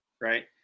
right